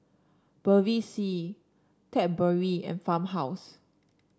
Bevy C Cadbury and Farmhouse